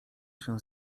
się